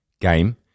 game